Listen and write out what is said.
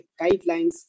guidelines